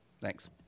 Thanks